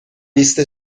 لیست